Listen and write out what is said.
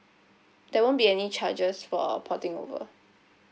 there won't be any charges for porting over